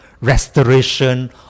restoration